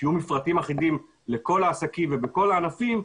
שיהיו מפרטים אחידים לכל העסקים ובכל הענפים,